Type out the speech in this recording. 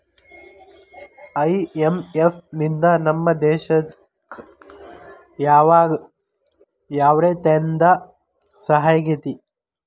IMF ನಿಂದಾ ನಮ್ಮ ದೇಶಕ್ ಯಾವಗ ಯಾವ್ರೇತೇಂದಾ ಸಹಾಯಾಗೇತಿ?